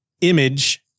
image